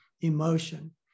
emotion